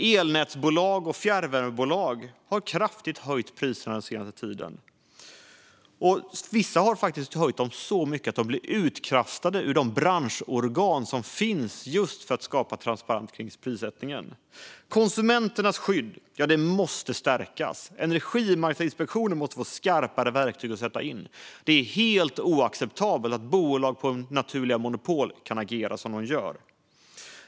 Elnätsbolag och fjärrvärmebolag har höjt priserna kraftigt den senaste tiden, vissa så mycket att de blivit utkastade ut de branschorgan som finns för att skapa just transparens i prissättningen. Konsumenternas skydd måste stärkas. Energimarknadsinspektionen måste få skarpare verktyg. Det är oacceptabelt att bolag med naturliga monopol kan agera som de gör.